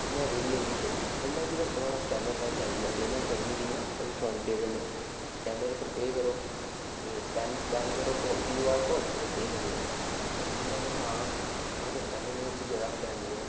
उ'नें बी रक्खे दा होना स्कैनर लाइयै पेमैंट करनी कि'यां फोनपेऽ कन्नै स्कैनर उप्पर पे करो स्कैनर स्कैन करो क्यूआर कोड ते पे करी ओड़ो हून तुसें गी सनां ते थोह्डे़ चिर पैह्लै में उत्थै गेदा हा बैंगलोर